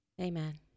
Amen